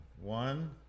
One